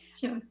Sure